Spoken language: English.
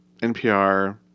NPR